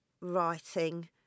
writing